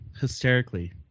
hysterically